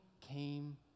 came